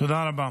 תודה רבה.